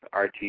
RT